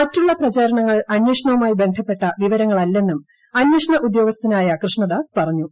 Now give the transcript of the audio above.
മറ്റുള്ള പ്രചരണങ്ങൾ അന്വേഷണവുമായി ബന്ധപ്പെട്ട വിവരങ്ങളല്ലെന്നും അന്വേഷണ ഉദ്യോഗസ്ഥനായ കൃഷ്ണദാസ് പറഞ്ഞു